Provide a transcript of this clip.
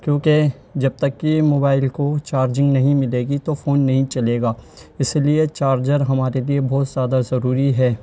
کیوںکہ جب تک کہ موبائل کو چارجنگ نہیں ملے گی تو فون نہیں چلے گا اس لیے چارجر ہمارے لیے بہت زیادہ ضروری ہے